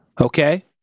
Okay